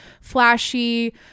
flashy